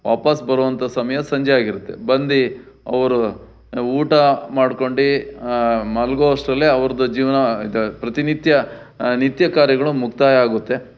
ವಾಪಸ್ ಬರುವಂಥ ಸಮಯ ಸಂಜೆಯಾಗಿರುತ್ತೆ ಬಂದು ಅವರು ಊಟ ಮಾಡ್ಕೊಂಡು ಮಲಗೋ ಅಷ್ಟರಲ್ಲೆ ಅವ್ರದ್ದು ಜೀವನ ಇದು ಪ್ರತಿನಿತ್ಯ ನಿತ್ಯ ಕಾರ್ಯಗಳು ಮುಕ್ತಾಯ ಆಗುತ್ತೆ